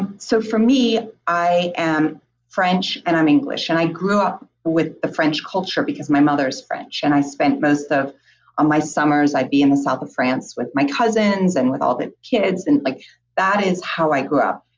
so for me, i am french and i'm english and i grew up with the french culture because my mother is french and i spent most of ah my summers i'd be in the south of france with my cousins and with all the kids and like that is how i grew up.